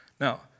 now